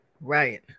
Right